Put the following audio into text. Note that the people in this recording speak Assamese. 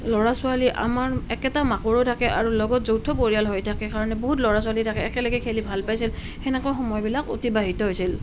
ল'ৰা ছোৱালী আমাৰ একেটা মাকৰো থাকে আৰু লগত যৌথ পৰিয়াল হৈ থাকে কাৰণে বহুত ল'ৰা ছোৱালী থাকে একেলগে খেলি ভাল পাইছিল সেনেকৈ সময়বিলাক অতিবাহিত হৈছিল